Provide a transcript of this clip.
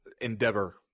endeavor